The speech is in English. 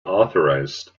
authorized